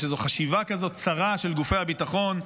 יש איזו חשיבה כזו צרה של גופי הביטחון,